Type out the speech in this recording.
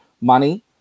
money